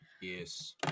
Yes